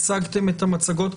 הצגתם את המצגות,